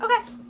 okay